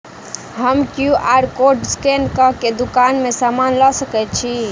हम QR code scan कऽ केँ दुकान मे समान लऽ सकैत छी की?